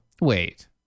Wait